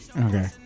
Okay